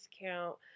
discount